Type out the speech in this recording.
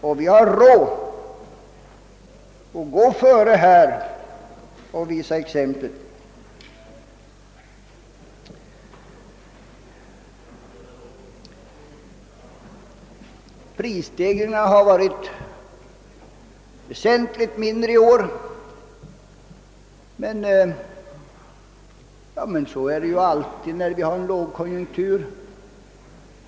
Och vi har råd att gå före härvidlag och ge exempel. Prisstegringarna har varit väsentligt mindre i år — men så är det ju alltid under en lågkonjunktur.